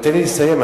תן לי לסיים.